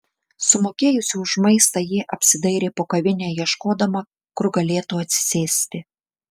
sumokėjusi už maistą ji apsidairė po kavinę ieškodama kur galėtų atsisėsti